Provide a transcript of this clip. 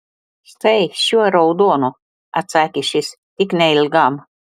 štai šiuo raudonu atsakė šis tik neilgam